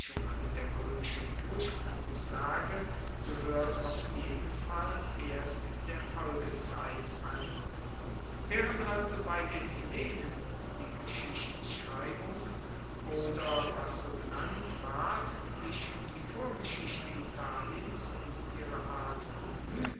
mit der roemischen ursprungssage gehoert auf jeden fall erst der folgezeit an waehrend also bei den hellenen die geschichtschreibung oder was so genannt ward sich um die vorgeschichte italiens in ihrer art bemuehte